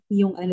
yung